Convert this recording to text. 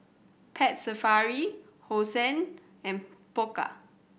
Pet Safari Hosen and Pokka